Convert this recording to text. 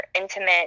intimate